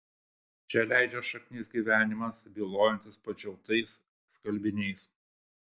čia leidžia šaknis gyvenimas bylojantis padžiautais skalbiniais